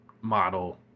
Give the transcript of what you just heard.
model